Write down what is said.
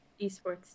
Esports